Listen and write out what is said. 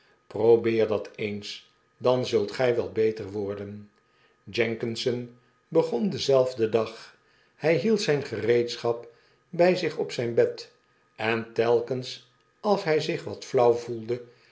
probeer dat eens dan zult gij wel beter worden jenkinson begon denzelfden dag hy hield zyn gereedschap by zich op zijn bed en telkens als hy zich wat flauw voelde